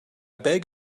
beg